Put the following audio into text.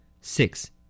Six